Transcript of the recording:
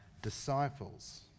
disciples